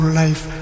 life